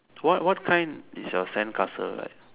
what what kind is your sandcastle like